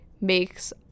makes